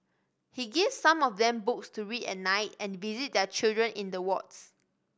he gives some of them books to read at night and visit their children in the wards